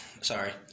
Sorry